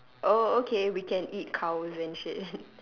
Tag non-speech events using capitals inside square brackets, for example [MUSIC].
oh okay we can eat cows and shit [LAUGHS]